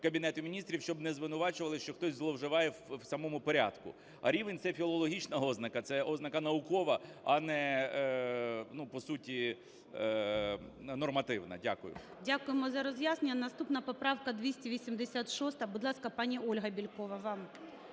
Кабінету Міністрів, щоб не звинувачували, що хтось зловживає в самому порядку. А рівень – це філологічна ознака, це ознака наукова, а не, ну, по суті нормативна. Дякую. ГОЛОВУЮЧИЙ. Дякуємо за роз'яснення. Наступна поправка - 286. Будь ласка, пані Ольга Бєлькова, вам.